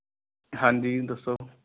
ਹਾਂਜੀ ਦੱਸੋ